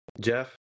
Jeff